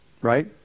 Right